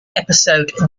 episode